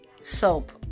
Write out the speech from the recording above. soap